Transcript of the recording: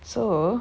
so